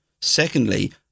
Secondly